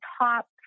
top